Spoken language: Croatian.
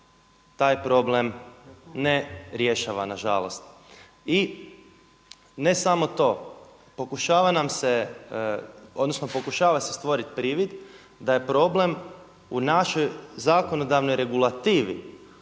taj problem ne rješava na žalost. I ne samo to. Pokušava nam se, odnosno pokušava se stvorit privid da je problem u našoj zakonodavnoj regulativi,